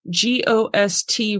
GOST